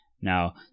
Now